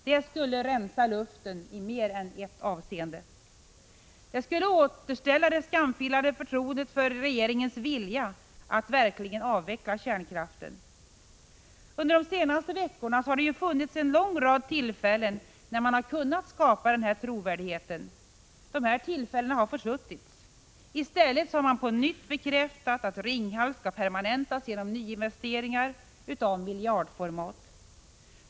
Det skulle rensa luften i mer än ett avseende. Det skulle återställa det skamfilade förtroendet för regeringens vilja att verkligen avveckla kärnkraften. Under de senaste veckorna har man haft en lång rad tillfällen att skapa denna trovärdighet. Men dessa tillfällen har försuttits. I stället har man på nytt bekräftat att Ringhals skall permanentas genom nyinvesteringar i miljardformat.